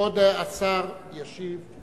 כבוד השר ישיב.